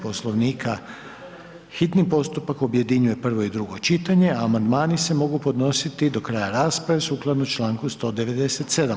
Poslovnika, hitni postupak objedinjuje prvo i drugo čitanje, a amandmani se mogu podnositi do kraja rasprave sukladno Članku 197.